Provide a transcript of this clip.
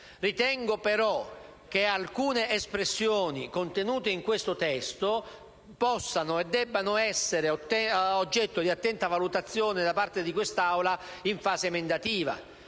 Ritengo, però, che alcune espressioni contenute nel testo possano e debbano essere oggetto di attenta valutazione da parte di quest'Aula in fase emendativa.